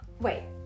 wait